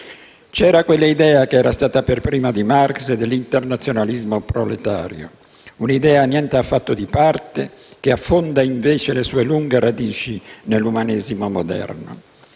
C'era quella idea, che era stata per prima di Marx, dell'internazionalismo proletario; un'idea niente affatto di parte, che affonda invece le sue lunghe radici nell'umanesimo moderno.